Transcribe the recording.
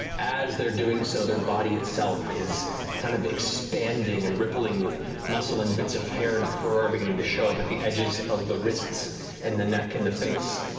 as they're doing so, their body itself is kind of expanding and rippling with muscle and bits of hair and fur are beginning to show up at the edges of the wrists and the neck and the face.